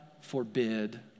forbid